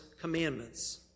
commandments